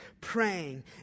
praying